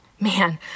Man